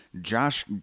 Josh